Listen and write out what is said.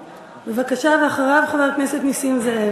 ואחריו, חבר הכנסת נסים זאב